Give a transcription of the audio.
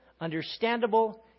understandable